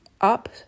up